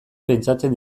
pentsatzen